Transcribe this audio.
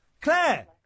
Claire